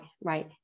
right